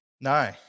No